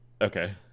Okay